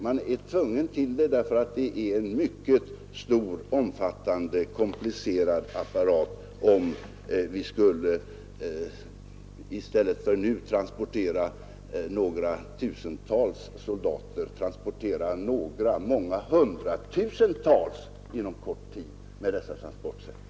Vi är tvungna att göra det, ty det är en mycket stor, omfattande och komplicerad apparat, om vi i stället för att transportera några tusen pojkar, som vi gör nu, skulle transportera hundratusentals soldater på kort tid.